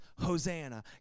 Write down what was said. Hosanna